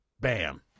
Bam